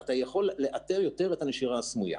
אתה יכול לאתר יותר את הנשירה הסמויה.